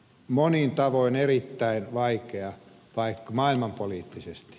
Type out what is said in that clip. monin tavoin erittäin vaikea paikka maailmanpoliittisesti